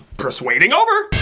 persuading over.